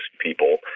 people